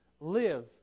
live